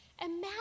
imagine